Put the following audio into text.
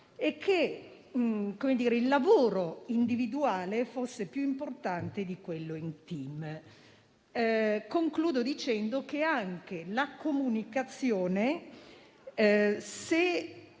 e che il lavoro individuale fosse più importante di quello in *team*. Concludo dicendo che anche la comunicazione, se